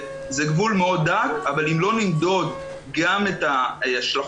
זה גבול דק מאוד אבל אם לא נמדוד גם את ההשלכות